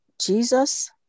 Jesus